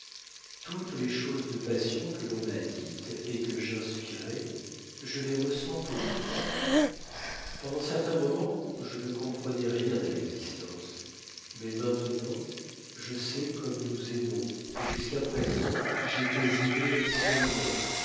toutes les choses de passion que l'on m'a dites et que j'inspirais je les ressens pour toi pendant certains moments je ne comprenais rien à l'existence mais maintenant je sais comment nous aimons et jusqu'à présent j'étais aimée seulement